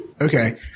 Okay